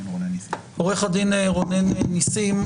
עורך הדין רונן ניסים,